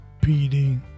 PD